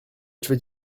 veux